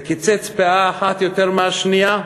הוא קיצץ פאה אחת יותר מהשנייה,